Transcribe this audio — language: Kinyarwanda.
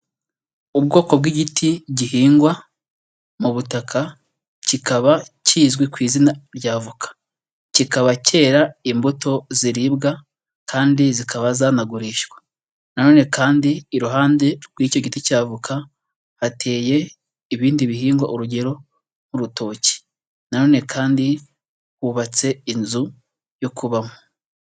Ubwoko bw'igiti gihingwa mu butaka, kikaba kizwi ku izina rya avoka, kikaba cyera imbuto ziribwa kandi zikaba zanagurishwa na none kandi iruhande rw'icyo giti cya avoka, hateye ibindi bihingwa urugero nk'urutoki na none kandi hubatse inzu yo kubamo.